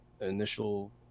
initial